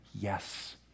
yes